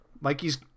Mikey's